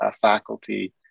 faculty